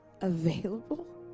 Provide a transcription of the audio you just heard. available